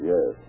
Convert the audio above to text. Yes